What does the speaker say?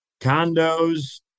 condos